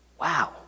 Wow